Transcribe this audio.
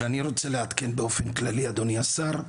ואני רוצה לעדכן באופן כללי אדוני השר,